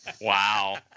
Wow